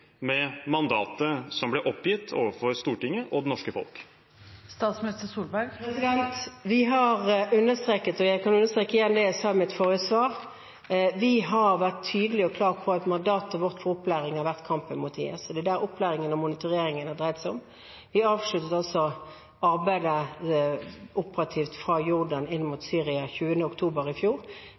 med mandatet som ble oppgitt overfor Stortinget og det norske folk? Vi har understreket – og jeg kan understreke igjen det jeg sa i mitt forrige svar – at vi har vært tydelige og klar på at mandatet vårt for opplæring har vært kampen mot IS. Det er det opplæringen og monitoreringen har dreid seg om. Vi avsluttet arbeidet operativt fra Jordan inn mot Syria 20. oktober i fjor,